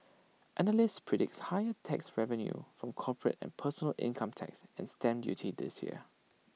analysts predict higher tax revenue from corporate and personal income tax and stamp duty this year